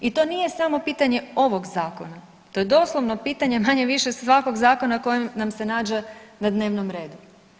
I to nije samo pitanje ovog zakona, to je doslovno pitanje manje-više svakog zakona koji nam se nađe na dnevnom redu.